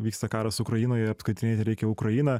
vyksta karas ukrainoje apskridinėti reikia ukrainą